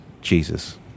Jesus